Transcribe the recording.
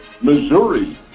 Missouri